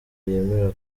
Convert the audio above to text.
yemera